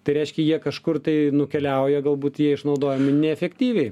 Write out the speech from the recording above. tai reiškia jie kažkur tai nukeliauja galbūt jie išnaudojami neefektyviai